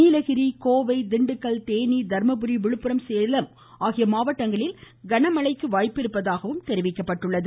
நீலகிரி கோவை திண்டுக்கல் தேனி தர்மபுரி விழுப்புரம் சேலம் ஆகிய மாவட்டங்களில் கனமழைக்கு வாய்ப்பிருப்பதாகவும் தெரிவிக்கப்பட்டுள்ளது